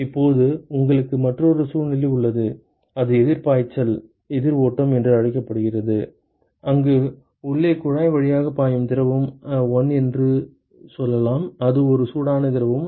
இப்போது உங்களுக்கு மற்றொரு சூழ்நிலை உள்ளது அது எதிர் பாய்ச்சல் எதிர் ஓட்டம் என்று அழைக்கப்படுகிறது அங்கு உள்ளே குழாய் வழியாக பாயும் திரவம் 1 என்று சொல்லலாம் அது ஒரு சூடான திரவம்